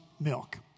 milk